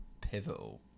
pivotal